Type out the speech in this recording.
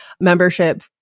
membership